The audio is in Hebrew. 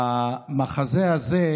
המחזה הזה,